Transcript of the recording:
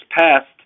passed